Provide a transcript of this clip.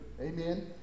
Amen